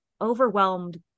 overwhelmed